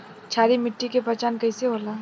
क्षारीय मिट्टी के पहचान कईसे होला?